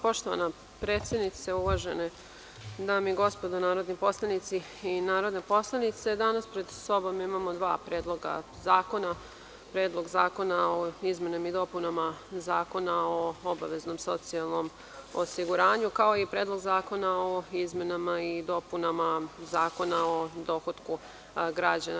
Poštovana predsednice, uvažene dame i gospodo narodni poslanici i narodne poslanice, danas pred sobom imamo dva predloga zakona, Predlog zakona o izmenama i dopunama Zakona o obaveznom socijalnom osiguranju kao i Predlog zakona o izmenama i dopunama Zakona o dohotku građana.